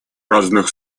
разных